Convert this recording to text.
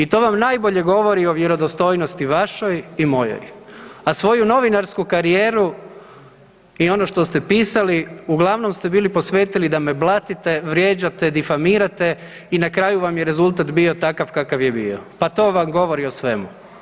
I to vam najbolje govori o vjerodostojnosti vašoj i mojoj, a svoju novinarsku karijeru i ono što ste pisali uglavnom ste bili posvetili da me blatite, vrijeđate, difamirate i na kraju vam je rezultat bio takav kakav je bio, pa to vam govori o svemu.